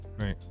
Right